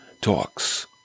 talks